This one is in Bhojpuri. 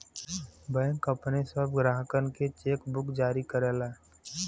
बैंक अपने सब ग्राहकनके चेकबुक जारी करला